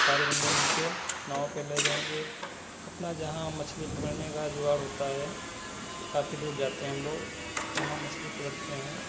सारे बंदे मिल कर नाव पर ले जाएंगे अपना जहाँ मछली पकड़ने का जुगाड़ होता है काफ़ी दूर जाते हैं हम लोग वहाँ मछली पड़कते हैं